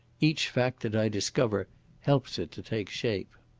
each fact that i discover helps it to take shape.